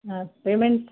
हा पेमेंट